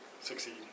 Succeed